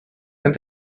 and